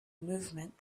movement